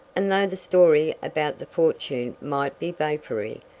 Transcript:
and though the story about the fortune might be vapory,